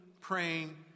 praying